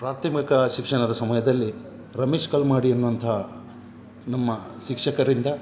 ಪ್ರಾಥಮಿಕ ಶಿಕ್ಷಣದ ಸಮಯದಲ್ಲಿ ರಮೇಶ್ ಕಲ್ಮಾಡಿ ಎನ್ನುವಂತಹ ನಮ್ಮ ಶಿಕ್ಷಕರಿಂದ